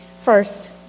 First